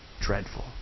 dreadful